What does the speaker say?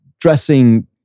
dressing